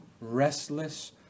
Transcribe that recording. restless